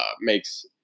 makes